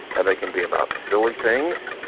and they can be about silly things.